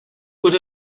would